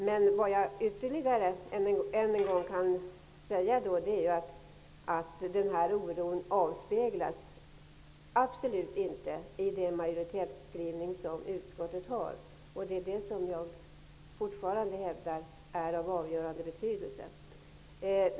Men jag vill ytterligare en gång säga att denna oro absolut inte avspeglas i majoritetsskrivningen i utskottets betänkande, och jag hävdar fortfarande att den är av avgörande betydelse.